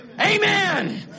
Amen